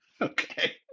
okay